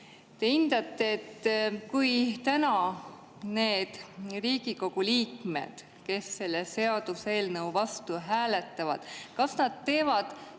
te hindate, kas täna need Riigikogu liikmed, kes selle seaduseelnõu vastu hääletavad, teevad